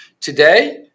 Today